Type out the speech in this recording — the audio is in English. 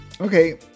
Okay